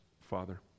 Father